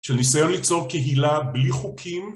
של ניסיון ליצור קהילה בלי חוקים